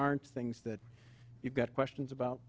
aren't things that you've got questions about